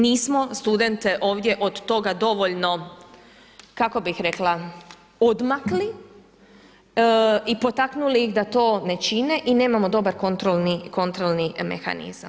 Nismo studente ovdje od toga dovoljno kako bih rekla odmakli i potaknuli ih da to ne čine i nemamo dobar kontrolni mehanizam.